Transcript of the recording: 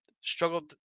struggled